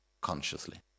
Consciously